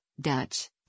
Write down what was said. Dutch